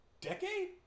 Decade